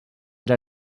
era